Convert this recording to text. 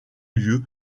lieu